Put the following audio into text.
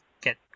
get